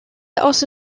also